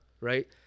Right